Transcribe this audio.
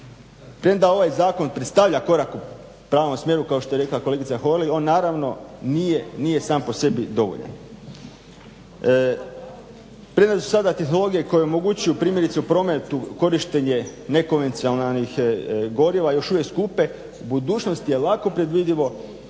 Premda ovaj zakon predstavlja korak u pravom smjeru kao što je rekla kolegica Holy, on naravno nije sam po sebi dovoljan. Premda su sada tehnologije koje omogućuju primjerice u prometu korištenje nekonvencionalnih goriva još uvijek skupe u budućnosti je lako predvidivo